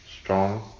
strong